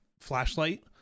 flashlight